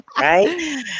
right